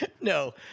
No